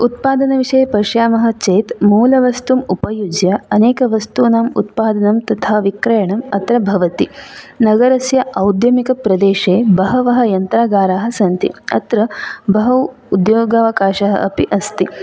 उत्पादनविषये पश्यामः चेत् मूलवस्तुम् उपयुज्य अनेकवस्तूनां उत्पादनं तथा विक्रयणं अत्र भवति नगरस्य औद्यमिकप्रदेशे बहवः यन्त्रागरा सन्ति अत्र बहु उद्योगावकाशः अपि अस्ति